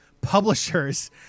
Publishers